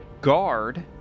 Guard